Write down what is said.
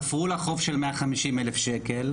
תפרו לה חוב של 150 אלף ₪,